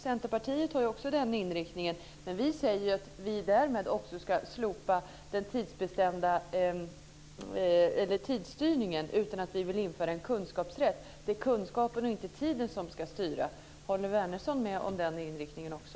Centerpartiet har också den här inriktningen. Men vi säger att vi därmed också ska slopa tidsstyrningen. Vi vill införa en kunskapsrätt. Det är kunskapen och inte tiden som ska styra. Håller Wärnersson med om den inriktningen också?